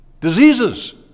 diseases